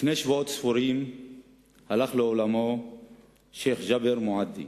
לפני שבועות ספורים הלך לעולמו שיח' ג'בר מועדי,